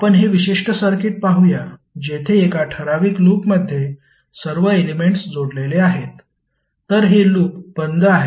आपण हे विशिष्ट सर्किट पाहूया जेथे एका ठराविक लूपमध्ये सर्व एलेमेंट्स जोडलेले आहेत तर हे लूप बंद आहे